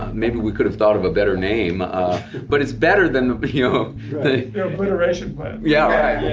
maybe we could've thought of a better name but it's better than the yeah obliteration plan yeah right,